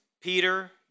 Peter